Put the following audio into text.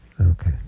okay